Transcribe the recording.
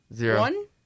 one